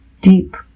deep